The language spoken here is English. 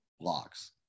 locks